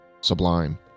sublime